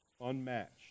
unmatched